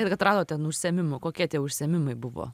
ir atradot ten užsiėmimų kokie tie užsiėmimai buvo